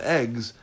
eggs